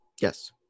Yes